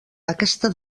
aquesta